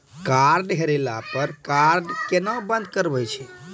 Card हेरैला पर card केना बंद करबै छै?